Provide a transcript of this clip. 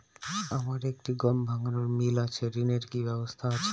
আমার একটি গম ভাঙানোর মিল আছে ঋণের কি ব্যবস্থা আছে?